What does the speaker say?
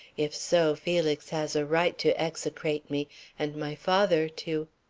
if so, felix has a right to execrate me and my father to